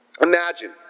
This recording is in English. Imagine